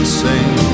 sing